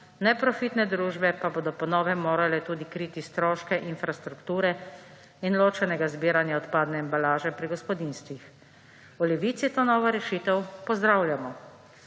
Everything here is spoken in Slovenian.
neprofitne družbe pa bodo po novem morale tudi kriti stroške infrastrukture in ločenega zbiranja odpadne embalaže pri gospodinjstvih. V Levici to novo rešitev pozdravljamo.